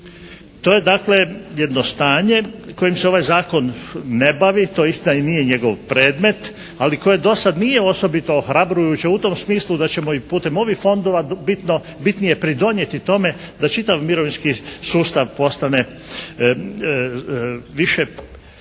To je dakle jedno stanje kojim se ovaj zakon ne bavi. To istina i nije njegov predmet ali koji do sad nije osobito ohrabrujući u tom smislu da ćemo i putem ovih fondova bitnije pridonijeti tome da čitav mirovinski sustav postane više u